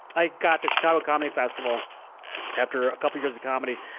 i got the chicago comedy festival after a couple years of comedy.